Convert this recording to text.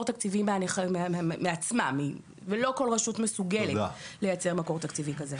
תקציבי מעצמה ולא כל רשות מסוגלת לייצר מקור תקציבי כזה.